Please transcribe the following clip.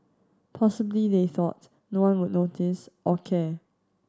possibly they thought no one would notice or care